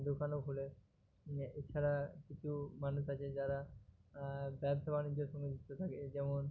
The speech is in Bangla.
দোকানও খোলে এ ছাড়া কিছু মানুষ আছে যারা ব্যবসা বাণিজ্যের সঙ্গে যুক্ত থাকে যেমন